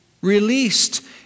released